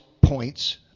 points